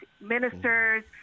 ministers